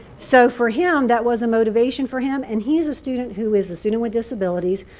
so for him, that was a motivation for him. and he is a student who is a student with disabilities,